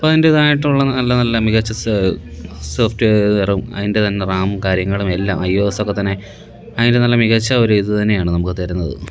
അപ്പം അതിൻ്റെതായിട്ടുള്ള നല്ല നല്ല മികച്ച സോഫ്റ്റ്വേയറും അതിൻ്റെ തന്നെ റാമും കാര്യങ്ങളും എല്ലാം ഐ ഒ എസ് ഒക്കെത്തന്നെ അതിൻ്റെ നല്ല മികച്ച ഒരു ഇത് തന്നെയാണ് നമുക്ക് തരുന്നത്